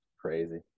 Crazy